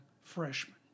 freshman